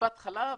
טיפת חלב,